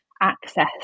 access